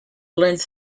learned